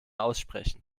aussprechen